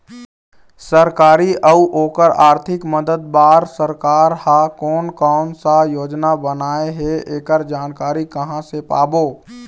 सरकारी अउ ओकर आरथिक मदद बार सरकार हा कोन कौन सा योजना बनाए हे ऐकर जानकारी कहां से पाबो?